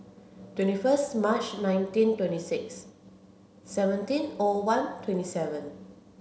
twenty fisrst March nineteen twenty six seventeen O one twenty seven